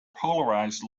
polarized